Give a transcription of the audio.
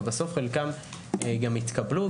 ובסוף חלקן גם התקבלו,